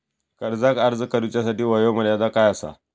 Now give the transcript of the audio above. कर्जाक अर्ज करुच्यासाठी वयोमर्यादा काय आसा?